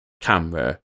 camera